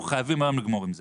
אנחנו חייבים היום לגמור עם זה.